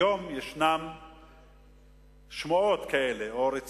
היום יש שמועות או רצונות